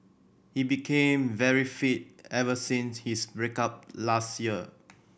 he became very fit ever since his break up last year